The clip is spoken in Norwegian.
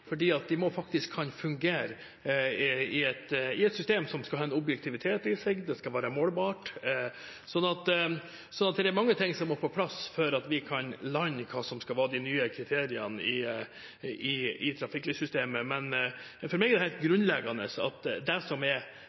De må kunne fungere i et system som skal ha objektivitet i seg, og det skal være målbart, så det er mye som må på plass for at vi skal kunne lande hva som skal være de nye kriteriene i trafikklyssystemet. Men for meg er det helt grunnleggende at det som er